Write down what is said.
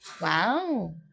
wow